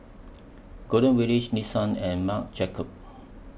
Golden Village Nissan and Marc Jacobs